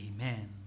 Amen